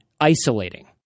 isolating